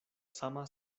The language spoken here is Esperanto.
sama